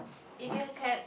if you have can